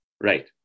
right